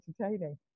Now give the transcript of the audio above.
entertaining